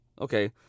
okay